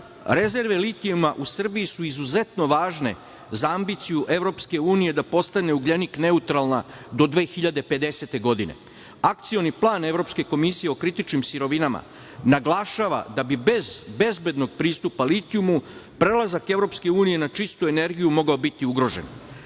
Srbije. Rezerve litijuma u Srbiji su izuzetno važne za ambiciju EU da postane ugljenik neutralna do 2050. godine. Akcioni plan Evropske komisije o kritičnim sirovinama naglašava da bi bez bezbednog pristupa litijumu prelazak EU na čistu energiju mogao biti ugrožen. Kao